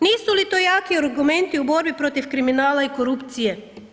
Nisu li to jaki argumenti u borbi protiv kriminala i korupcije?